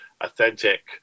authentic